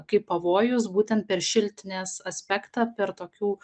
kaip pavojus būtent per šiltinės aspektą per tokių